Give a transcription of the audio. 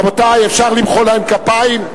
רבותי, אפשר למחוא להם כפיים.